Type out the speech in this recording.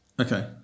Okay